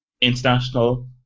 international